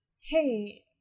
Hey